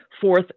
Fourth